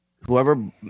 whoever